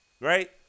right